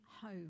home